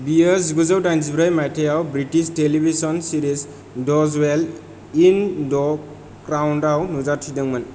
बियो जिगुजौ दाइनजिब्रै मायथाइयाव British television series the jewel in the crown आव नुजाथिदोंमोन